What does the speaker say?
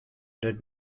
did